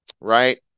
right